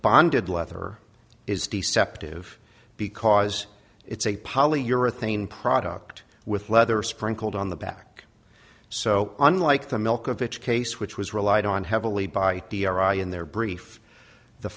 bonded leather is deceptive because it's a poly euro thing product with leather sprinkled on the back so unlike the milk of each case which was relied on heavily by the ira in their brief the